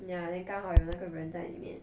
ya then 刚好有那个人在里面